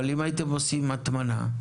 אבל אם הייתם עושים הטמנה,